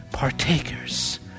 partakers